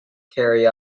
carry